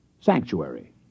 Sanctuary